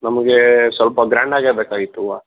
ನಮ್ಗೆ ಸ್ವಲ್ಪ ಗ್ರ್ಯಾಂಡಾಗೆ ಬೇಕಾಗಿತ್ತು ಹೂವ